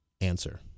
answer